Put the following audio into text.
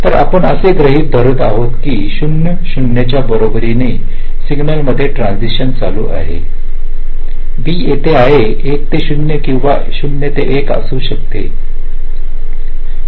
तर आपण असे गृहित धरत आहोत की 0 0 च्या बरोबरीने सिग्नल मध्ये ट्रान्सिशन चालू आहे b येथे हे 1 ते 0 किंवा 0 ते 1 असू शकते काही फरक पडत नाही